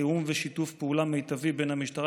תיאום ושיתוף פעולה מיטבי בין המשטרה